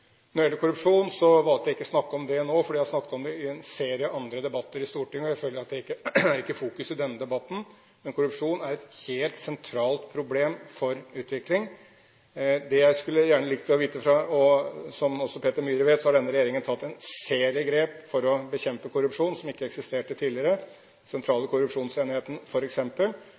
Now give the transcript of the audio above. Når det gjelder korrupsjon, valgte jeg ikke å snakke om det nå, fordi jeg har snakket om det i en serie andre debatter i Stortinget, og jeg føler at det ikke er fokuset i denne debatten. Men korrupsjon er et helt sentralt problem når det gjelder utvikling. Som Peter N. Myhre vet, har denne regjeringen tatt en serie grep for å bekjempe korrupsjon, som ikke eksisterte tidligere – f.eks. den sentrale korrupsjonsenheten.